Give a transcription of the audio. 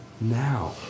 now